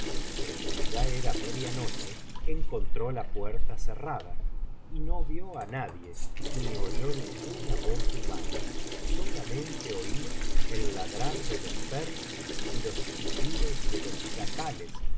pero como ya era media noche encontró la puerta ce biblioteca valenciana generalitat valenciana las mil noches y una noche rracla y no víó á nadie ni oyó ninguna voz humana solamente oía el ladrar de los perros y los chillidos de los chacales